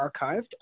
archived